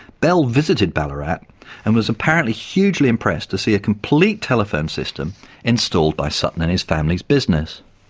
bell visited ballarat and was apparently hugely impressed to see a complete telephone system installed by sutton in his family's business.